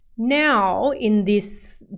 now in this